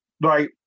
right